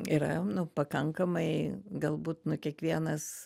yra nu pakankamai galbūt nu kiekvienas